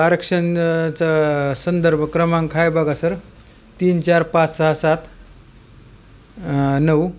आरक्षणचा संदर्भ क्रमांक आहे बघा सर तीन चार पाच सहा सात नऊ